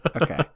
okay